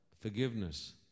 forgiveness